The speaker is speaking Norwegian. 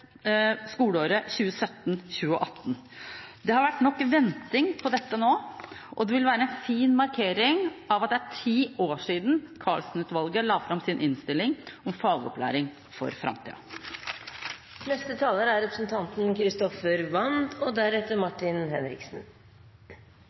skoleåret 2017–2018. Det har vært nok venting på dette nå, og det vil være en fin markering av at det er ti år siden Karlsen-utvalget la fram sin utredning, Fagopplæring for